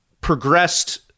progressed